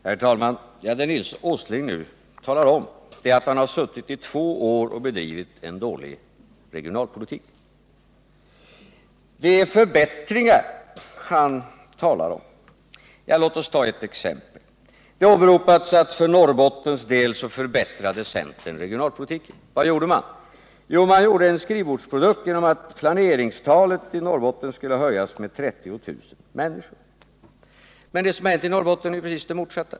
Herr talman! Det Nils Åsling nu talar om, det är att han suttit i två år och bedrivit en dålig regionalpolitik. Nils Åsling talar visserligen om förbättringar, men låt oss ta ett exempel. Det har åberopats att centern förbättrade regionalpolitiken för Norrbottens del. Vad gjorde man då för Norrbotten? Jo, man gjorde en skrivbordsprodukt 65 enligt vilken planeringstalet i Norrbotten skulle höjas med 30 000 människor. Men det som hänt i Norrbotten är ju precis det motsatta.